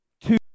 Two